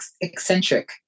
eccentric